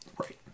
Right